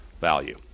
value